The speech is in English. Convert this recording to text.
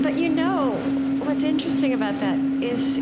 but, you know, what's interesting about that is